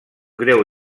greu